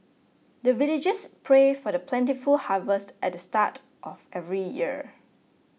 the villagers pray for plentiful harvest at the start of every year